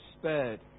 spared